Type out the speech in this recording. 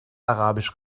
arabisch